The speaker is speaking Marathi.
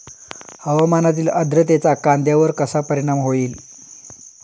हवामानातील आर्द्रतेचा कांद्यावर कसा परिणाम होईल?